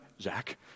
Zach